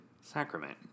sacrament